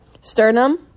sternum